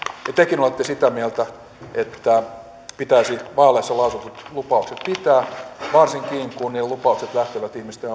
ja tekin olette sitä mieltä että pitäisi vaaleissa lausutut lupaukset pitää varsinkin kun ne lupaukset lähtevät ihmisten